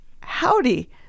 howdy